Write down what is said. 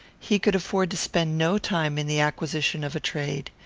he could afford to spend no time in the acquisition of a trade.